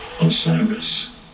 Osiris